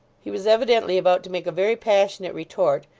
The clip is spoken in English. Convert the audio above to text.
he was evidently about to make a very passionate retort,